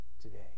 today